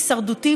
הישרדותי,